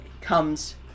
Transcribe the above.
comes